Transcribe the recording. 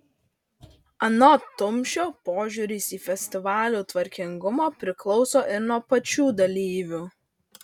anot tumšio požiūris į festivalių tvarkingumą priklauso ir nuo pačių dalyvių